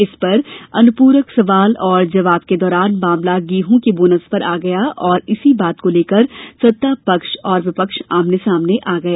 इस पर अनुपूरक सवाल और जवाब के दौरान मामला गेंहू के बोनस पर आ गया और इसी बात को लेकर सत्ता पक्ष और विपक्ष आमने सामने आ गए